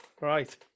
Right